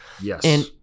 Yes